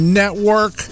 network